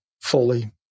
fully